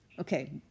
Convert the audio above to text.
Okay